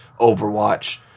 Overwatch